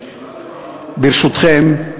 ברשותכם,